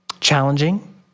challenging